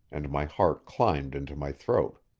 and my heart climbed into my throat.